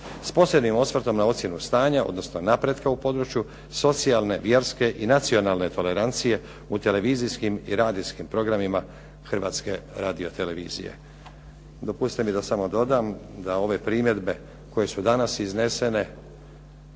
s posebnim osvrtom na ocjenu stanja odnosno napretka u području socijalne, vjerske i nacionalne tolerancije u televizijskim i radijskim programima Hrvatske radiotelevizije." Dopustite mi da samo dodam da ove primjedbe koje su danas iznesene